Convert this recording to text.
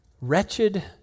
Wretched